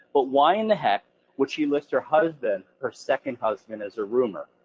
but why in the heck would she list her husband, her second husband, as a roomer?